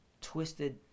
twisted